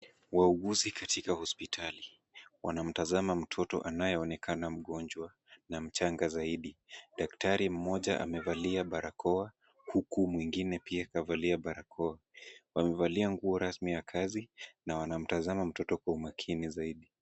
Wauguzi katika hospitali wanamtazama mtoto anayeonekana mgonjwa na mchanga zaidi. Daktari mmoja amevalia barakoa, huku mwingine pia kavalia barakoa. Wamevalia nguo rasmi ya kazi na wanamtazama mtoto kwa umakini zaidi.